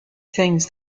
things